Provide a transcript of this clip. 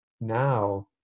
Now